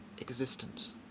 existence